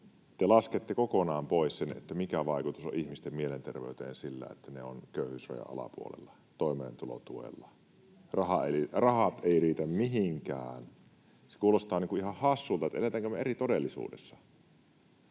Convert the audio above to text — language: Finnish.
te laskette kokonaan pois sen, mikä vaikutus on ihmisten mielenterveyteen sillä, että he ovat köyhyysrajan alapuolella, toimeentulotuella, [Krista Kiuru: Kyllä, niukkuus merkitsee myös!] rahat eivät riitä mihinkään. Se kuulostaa ihan hassulta, että eletäänkö me eri todellisuudessa.